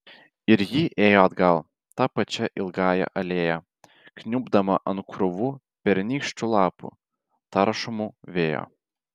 ir ji ėjo atgal ta pačia ilgąja alėja kniubdama ant krūvų pernykščių lapų taršomų vėjo